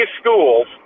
schools